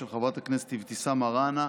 של חברת הכנסת אבתיסאם מראענה,